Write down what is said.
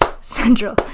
central